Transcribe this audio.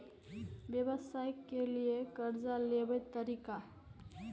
व्यवसाय के लियै कर्जा लेबे तरीका?